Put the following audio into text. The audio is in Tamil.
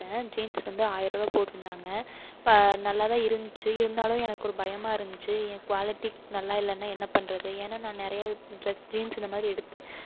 ஜீன்ஸ் வந்து ஆயிரம் ருபா போட்டிருந்தாங்க ப நல்லாதான் இருந்துச்சி இருந்தாலும் எனக்கு ஒரு பயமாக இருந்துச்சி ஏ குவாலிட்டி நல்லா இல்லைனா என்ன பண்ணுறது ஏன்னால் நான் நிறையா ட்ரெஸ் ஜீன்ஸ் இந்தமாதிரி எடுத்து